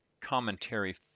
commentary